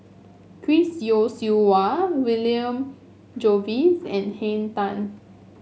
Chris Yeo Siew Hua William Jervois and Henn Tan